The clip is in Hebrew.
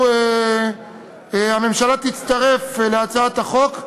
הממשלה תצטרף להצעת החוק.